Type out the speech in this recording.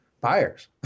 buyers